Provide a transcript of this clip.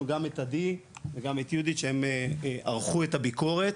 גם את עדי וגם את יהודית שהם ערכו את הביקורת.